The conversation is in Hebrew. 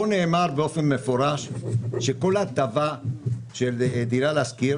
פה נאמר באופן מפורש שכל הטבה של דירה להשכיר